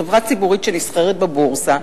חברה ציבורית שנסחרת בבורסה,